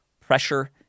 pressure